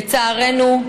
לצערנו,